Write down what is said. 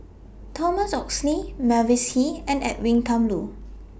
Thomas Oxley Mavis Hee and Edwin Thumboo